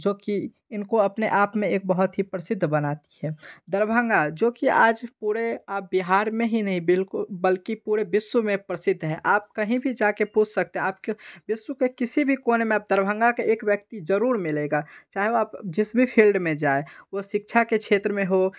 जो कि इनको अपने आप में एक बहुत ही प्रसिद्ध बनाती है दरभंगा जो कि आज पूरे आप बिहार में ही नहीं बिल्कु बल्कि पूरे विश्व में प्रसिद्ध है आप कहीं भी जाके पूछ सकते हैं आपके विश्व के किसी भी कोने में आप दरभंगा का एक व्यक्ति ज़रूर मिलेगा चाहे वो आप जिस भी फ़िल्ड में जाएँ वो शिक्षा के क्षेत्र में हो